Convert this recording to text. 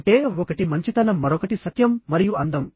అంటేః ఒకటి మంచితనం మరొకటి సత్యం మరియు అందం